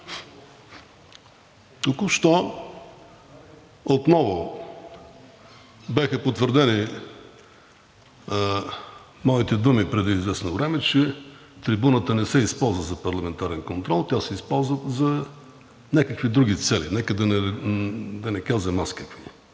Току-що отново бяха потвърдени моите думи преди известно време, че трибуната не се използва за парламентарен контрол, а тя се използва за някакви други цели, да не казвам